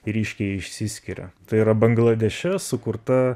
ryškiai išsiskiria tai yra bangladeše sukurta